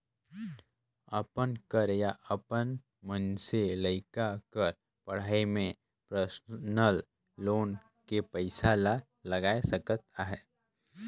अपन कर या अपन मइनसे लइका कर पढ़ई में परसनल लोन के पइसा ला लगाए सकत अहे